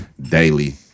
daily